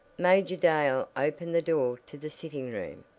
major dale opened the door to the sitting room,